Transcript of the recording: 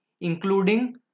Including